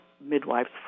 midwives